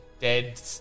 Dead